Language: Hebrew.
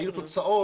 היו תוצאות?